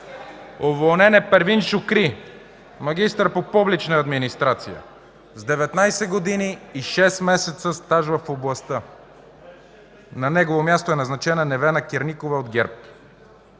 Уволнен Первин Шукри – магистър по публична администрация, с 19 години и шест месеца стаж в областта. На негово място е назначена Невена Керникова от ГЕРБ.